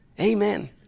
Amen